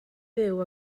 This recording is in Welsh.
fyw